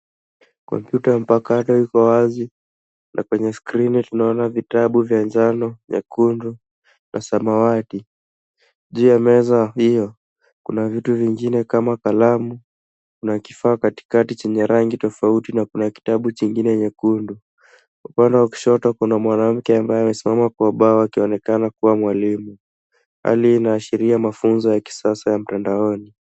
Kompyuta mpakato iko wazi na kwenye skrini tunaona vitabu vya njano, nyekundu na samawati. Juu ya meza hiyo, kuna vitu vingine kama kalamu na kifaa katikati chenye rangi tofauti na kuna kitabu kingine nyekundu. Upande wa kushoto, kuna mwanamke ambaye amesimama kwa ubao akionekana kuwa mwalimu. Hali inaashiria mafunzo ya kisasa ya mtandaoni.